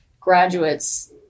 graduates